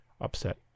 upset